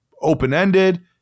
open-ended